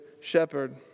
shepherd